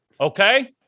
Okay